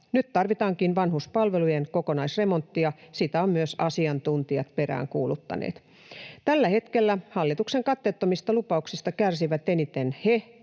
Nyt tarvitaankin vanhuspalvelujen kokonaisremonttia, sitä ovat myös asiantuntijat peräänkuuluttaneet. Tällä hetkellä hallituksen katteettomista lupauksista kärsivät eniten he,